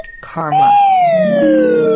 karma